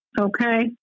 Okay